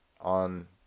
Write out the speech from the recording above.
on